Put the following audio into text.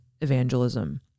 evangelism